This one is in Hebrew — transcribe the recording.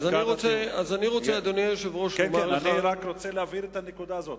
אני רק רוצה להבהיר את הנקודה הזו,